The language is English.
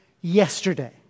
yesterday